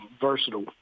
versatile